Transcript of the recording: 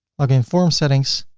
login form settings,